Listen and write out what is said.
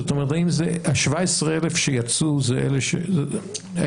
זאת אומרת האם ה-17,000 שיצאו זה אלה האם